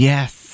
Yes